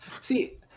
see